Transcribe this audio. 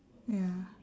ya